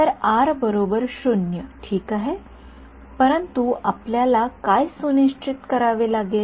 तर आर 0 ठीक आहे परंतु आपल्याला काय सुनिश्चित करावे लागेल